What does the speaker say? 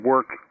work